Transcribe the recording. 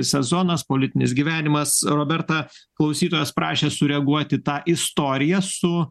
sezonas politinis gyvenimas roberta klausytojas prašė sureaguot į tą istoriją su